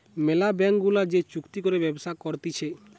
ম্যালা ব্যাঙ্ক গুলা যে চুক্তি করে ব্যবসা করতিছে